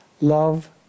love